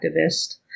activist